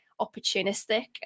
opportunistic